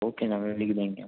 okay number लिख देंगे हम